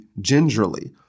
gingerly